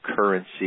currency